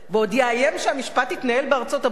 ועוד יאיים שהמשפט יתנהל בארצות-הברית,